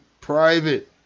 private